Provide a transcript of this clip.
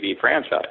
franchise